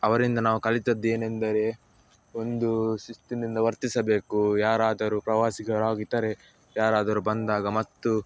ಅವರಿಂದ ನಾವು ಕಲಿತದ್ದು ಏನೆಂದರೆ ಒಂದು ಶಿಸ್ತಿನಿಂದ ವರ್ತಿಸಬೇಕು ಯಾರಾದರೂ ಪ್ರವಾಸಿಗರಾಗಿದ್ದರೆ ಯಾರಾದರೂ ಬಂದಾಗ ಮತ್ತು